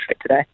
today